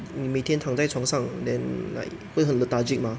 你每天躺在床上 then like 会很 lethargic mah